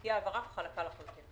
תהיה העברה חלקה לחלוטין.